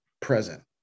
present